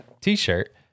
t-shirt